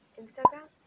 instagram